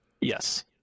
Yes